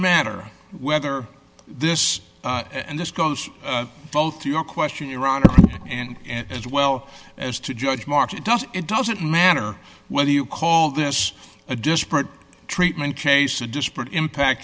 matter whether this and this goes both your question iran and as well as to judge march it does it doesn't matter whether you call this a disparate treatment case a disparate impact